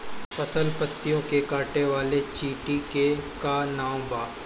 फसल पतियो के काटे वाले चिटि के का नाव बा?